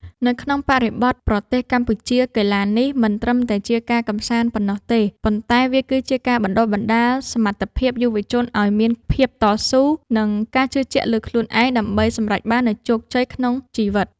នៅក្នុងបរិបទប្រទេសកម្ពុជា កីឡានេះមិនត្រឹមតែជាការកម្សាន្តប៉ុណ្ណោះទេ ប៉ុន្តែវាគឺជាការបណ្ដុះបណ្ដាលសមត្ថភាពយុវជនឱ្យមានភាពតស៊ូ និងការជឿជាក់លើខ្លួនឯង ដើម្បីសម្រេចបាននូវជោគជ័យក្នុងជីវិត។